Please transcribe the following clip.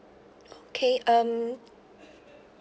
okay um